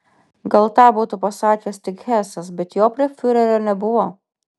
gal tą būtų pasakęs tik hesas bet jo prie fiurerio nebuvo